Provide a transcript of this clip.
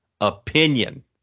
opinion